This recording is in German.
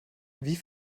wie